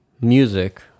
music